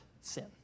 sin